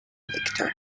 victor